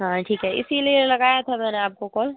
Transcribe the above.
हाँ ठीक है इसलिए लगाया था मैंने आपको कॉल